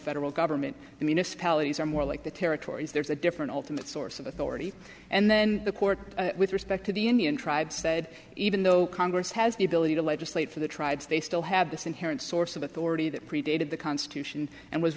federal government the municipalities are more like the territories there's a different ultimate source of authority and then the court with respect to the indian tribes said even though congress has the ability to legislate for the tribes they still have this inherent source of authority that predated the constitution and was